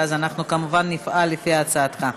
ואז כמובן נפעל לפי הצעתך.